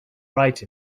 right